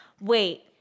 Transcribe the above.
Wait